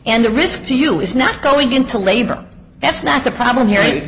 and the risk to you is not going into labor that's not the problem he